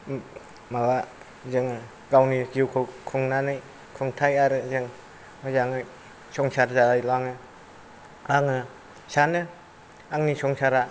माबा जोङो गावनि जिउखौ खुंनानै खुंथाय आरो जों मोजाङै संसार जालाङो आङो सानो आंनि संसारा